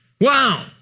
Wow